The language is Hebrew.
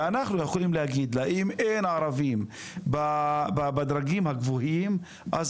ואנחנו יכולים להגיד להם שאם אין ערבים בדרגים הגבוהים אז